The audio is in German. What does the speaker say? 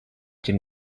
den